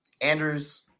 andrews